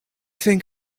think